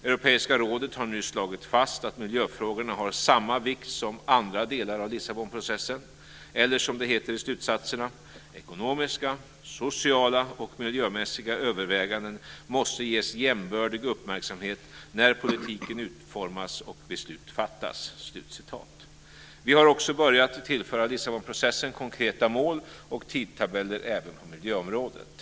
Europeiska rådet har nu slagit fast att miljöfrågorna har samma vikt som andra delar av Lissabonprocessen. Eller som det heter i slutsatserna: "ekonomiska, sociala och miljömässiga överväganden måste ges jämbördig uppmärksamhet när politiken utformas och beslut fattas". Vi har också börjat tillföra Lissabonprocessen konkreta mål och tidtabeller även på miljöområdet.